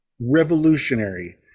revolutionary